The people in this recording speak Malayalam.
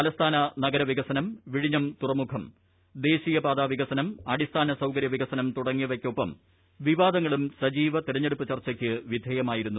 തലസ്ഥാന നഗരവികസനം വിഴിഞ്ഞം തുറമുഖം ദേശീയപാത വികസനം അടിസ്ഥാനസൌകര്യ വികസനം തുടങ്ങിയവയ്ക്കൊപ്പം വിവാദങ്ങളും സജീവമായി തിരഞ്ഞെടുപ്പ് ചർച്ചയ്ക്ക് വിധേയമായിരുന്നു